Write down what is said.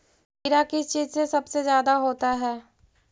कीड़ा किस चीज से सबसे ज्यादा होता है?